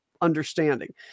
understanding